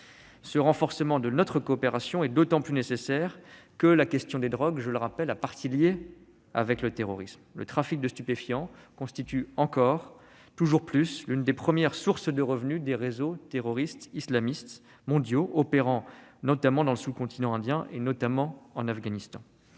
Ce renforcement de notre coopération est d'autant plus nécessaire que la question des drogues, je le rappelle, a partie liée avec le terrorisme. De fait, le trafic de stupéfiants constitue, toujours plus, l'une des premières sources de revenus des réseaux terroristes islamistes mondiaux opérant notamment dans le sous-continent indien, en particulier en Afghanistan.